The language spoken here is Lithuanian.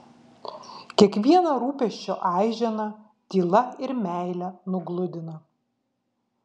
kiekvieną rūpesčio aiženą tyla ir meile nugludina